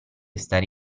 stare